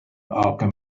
alchemy